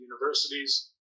universities